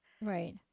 Right